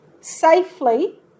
safely